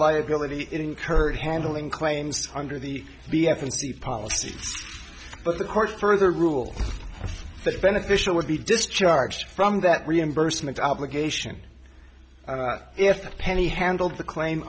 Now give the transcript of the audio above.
liability incurred handling claims under the b f m c policy but the court further rule that beneficial would be discharged from that reimbursement obligation if penny handled the claim